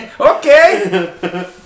okay